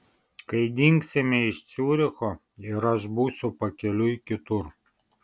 kai dingsime iš ciuricho ir aš būsiu pakeliui kitur